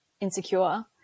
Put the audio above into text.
insecure